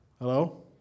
Hello